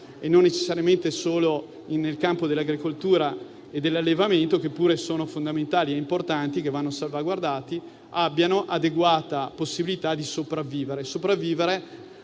non necessariamente solo nel campo dell'agricoltura e dell'allevamento, che pure sono fondamentali e importanti e da salvaguardare, abbiano adeguata possibilità di sopravvivere.